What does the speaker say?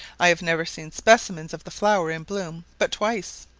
i have never seen specimens of the flowers in bloom but twice